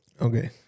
Okay